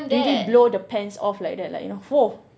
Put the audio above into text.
make it blow the pants off like that like you know !fuh!